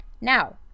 Now